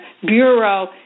bureau